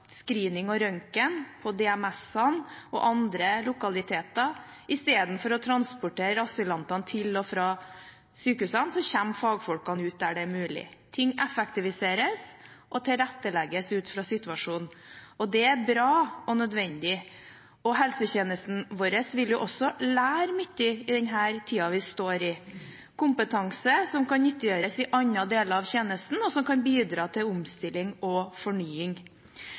screening og røntgen på DMS-ene og i andre lokaliteter. Istedenfor å transportere asylantene til og fra sykehusene kommer fagfolkene ut der det er mulig. Ting effektiviseres og tilrettelegges ut fra situasjonen. Det er bra og nødvendig. Helsetjenesten vår vil også lære mye i denne tiden vi er i, kompetanse som kan nyttiggjøres i andre deler av tjenesten og bidra til omstilling og fornying.